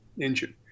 engine